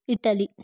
Italy